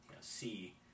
See